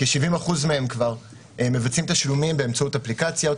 כ-70% מהם כבר מבצעים תשלומים באמצעות אפליקציות,